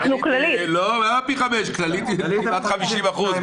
אנחנו מפקחים על ההדרכה שלהם,